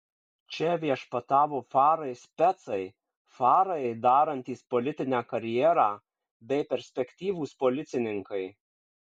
čia viešpatavo farai specai farai darantys politinę karjerą bei perspektyvūs policininkai